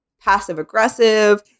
passive-aggressive